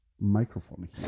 microphone